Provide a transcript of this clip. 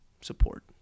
support